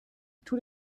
tous